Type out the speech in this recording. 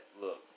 look